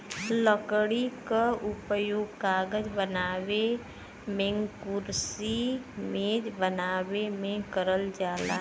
लकड़ी क उपयोग कागज बनावे मेंकुरसी मेज बनावे में करल जाला